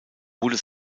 wurde